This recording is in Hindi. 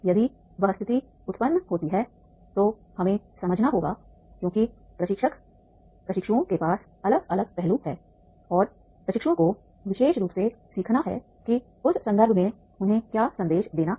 यदि वह स्थिति उत्पन्न होती है तो हमें समझना होगा क्योंकि प्रशिक्षक प्रशिक्षुओं के पास अलग अलग पहलू हैं और प्रशिक्षुओं को विशेष रूप से सीखना है कि उस संदर्भ में उन्हें क्या संदेश देना है